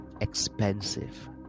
expensive